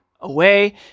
away